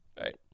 right